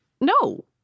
No